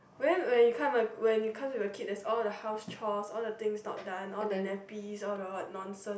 when where you come a when you come with a kid there's all the house chores all the things not done all the nappy all the what nonsense